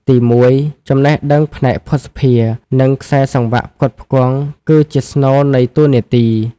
ទីមួយ ចំណេះដឹងផ្នែកភស្តុភារ និងខ្សែសង្វាក់ផ្គត់ផ្គង់ គឺជាស្នូលនៃតួនាទី។